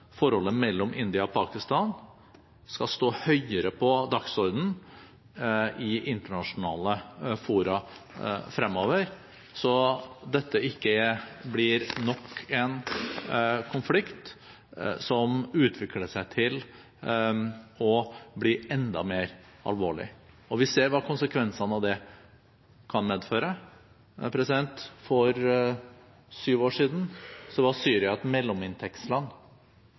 forholdet mellom India og Pakistan skal stå høyere på dagsordenen i internasjonale fora fremover, slik at dette ikke blir nok en konflikt som utvikler seg til å bli enda mer alvorlig. Vi ser hva konsekvensene av det kan bli. For syv år siden var Syria et mellominntektsland.